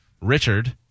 Richard